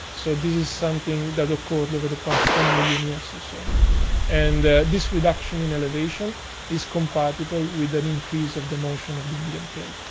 so this is something that occurred over the past ten million years or so. and this this reduction in elevation is compatible with an increase of the motion of the indian plate.